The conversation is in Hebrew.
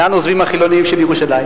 לאן עוזבים החילונים של ירושלים?